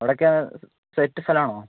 അവിടെ ഒക്കെ സെറ്റ് സ്ഥലമാണോ